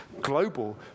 global